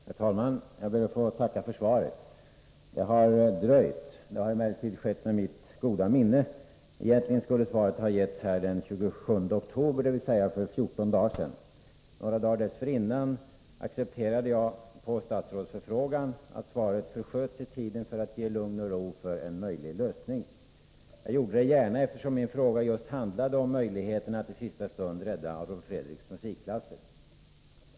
Herr talman! Jag ber att få tacka för svaret. Det har dröjt, men det har Om Adolf Fredriks skett med mitt goda minne. Egentligen skulle svaret ha lämnats den 27 oktober, dvs. för 14 dagar sedan. Några dagar dessförinnan accepterade jag att besvarandet av frågan skulle förskjutas i tid för att bereda lugn och ro för en möjlig lösning. Jag gjorde det gärna, eftersom min fråga just handlade om möjligheterna att i sista stund rädda Adolf Fredriks musikklasser.